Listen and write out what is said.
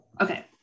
okay